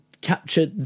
capture